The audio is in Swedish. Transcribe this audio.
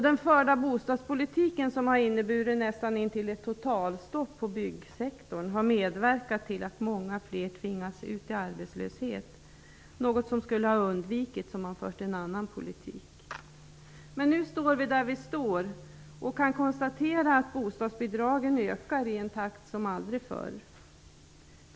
Den förda bostadspolitiken, som har inneburit nästan ett totalstopp inom byggsektorn, har medverkat till att många fler tvingats ut i arbetslöshet, något som skulle ha undvikits om man fört en annan politik. Men nu står vi där vi står och kan konstatera att bostadsbidragen ökar i en takt som aldrig förr.